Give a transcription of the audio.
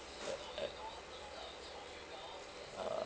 uh at uh